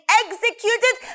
executed